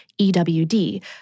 EWD